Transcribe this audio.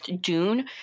Dune